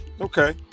okay